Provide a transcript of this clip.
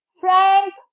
Frank